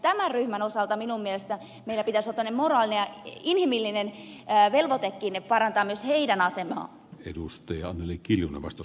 tämän ryhmän osalta minun mielestäni meillä pitäisi olla tällainen moraalinen ja inhimillinenkin velvoite parantaa myös heidän asemaansa